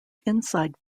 inside